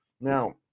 Now